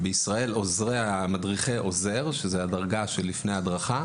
בישראל, מדריכי עוזר שזו הדרגה שלפני הדרכה